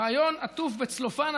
רעיון עטוף בצלופן,